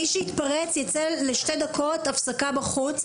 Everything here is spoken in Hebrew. מי שיתפרץ, יצא לשתי דקות הפסקה בחוץ.